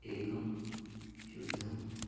एकं शुद्धम्